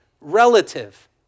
relative